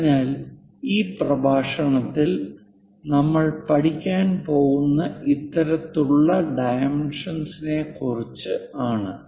അതിനാൽ ഈ പ്രഭാഷണത്തിൽ നമ്മൾ പഠിക്കാൻ പോകുന്ന ഇത്തരത്തിലുള്ള ഡൈമെൻഷന്സിനെ കുറിച്ച് ആണ്